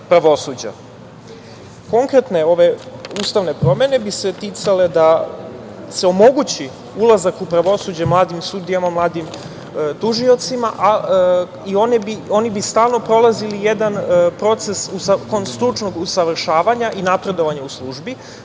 pravosuđa. Konkretne ove ustavne promene bi se ticale da se omogući ulazak u pravosuđe mladim sudijama, mladim tužiocima i oni bi stalno prolazili jedan proces stručnog usavršavanja i napredovanja u službi,